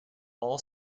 all